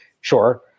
Sure